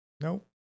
Nope